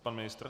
Pan ministr?